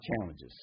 challenges